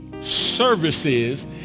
services